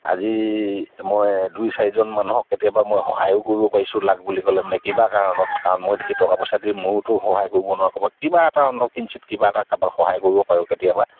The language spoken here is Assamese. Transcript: আজি মই দুই চাৰিজন মানুহক কেতিয়াবা মই সহায়ো কৰিব পাৰিছোঁ লাগ বুলি ক'লে মানে কিবা কাৰণত কাৰণ মই ঢ়েৰ টকা পইচা দি মোৰতো সহায় কৰিব নোৱাৰঁ ক'বা কিবা এটা অন্তত কিঞ্চিৎ কিবা এটা কাৰোবাক সহায় কৰিব পাৰোঁ কেতিয়াবা